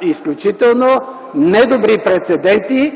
изключително недобри прецеденти